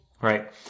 Right